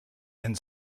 and